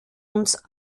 uns